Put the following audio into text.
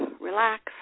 relax